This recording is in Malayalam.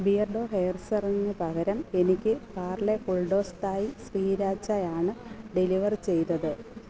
ബിയർഡോ ഹെയർ സെറംന് പകരം എനിക്ക് പാർലേ ഫുൾഡോസ് തായ് സ്പീരാച്ചായാണ് ഡെലിവർ ചെയ്തത്